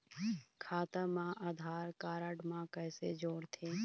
खाता मा आधार कारड मा कैसे जोड़थे?